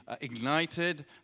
ignited